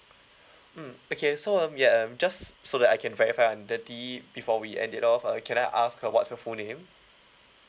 mm okay so um yeah um just so that I can verify your identity before we end it off uh can I ask uh what's your full name